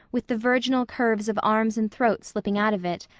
with the virginal curves of arms and throat slipping out of it,